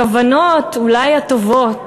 הכוונות, אולי הטובות,